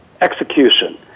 execution